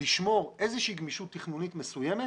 לשמור איזושהי גמישות תכנונית מסוימת